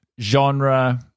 genre